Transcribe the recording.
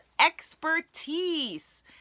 expertise